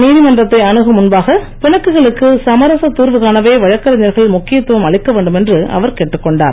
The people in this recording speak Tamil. நீதிமன்றத்தை அணுகும் முன்பாக பிணக்குகளுக்கு சமரச திர்வு காணவே வழக்கறிஞர்கள் முக்கியத் துவம் அளிக்க வேண்டும் என்று அவர் கேட்டுக் கொண்டார்